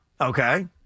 Okay